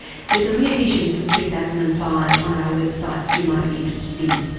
there is a rear vision from two thousand and five on our website that you might be interested in.